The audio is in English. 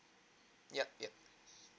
yup yup